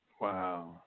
Wow